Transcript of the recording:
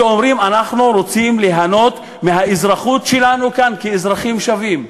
שאומרים: אנחנו רוצים ליהנות מהאזרחות שלנו כאן כאזרחים שווים?